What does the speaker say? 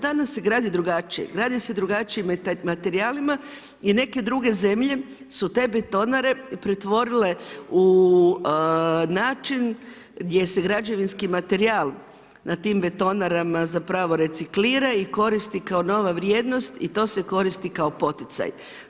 Danas se gradi drugačije, gradi se drugačijim materijalima, i neke druge zemlje su te betonare pretvorile u način gdje se građevinski materijal na tim betonarama zapravo reciklira i koristi kao nova vrijednost i to se korist kao poticaj.